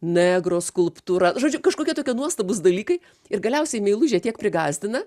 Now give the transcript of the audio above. negro skulptūra žodžiu kažkokie tokie nuostabūs dalykai ir galiausiai meilužė tiek prigąsdina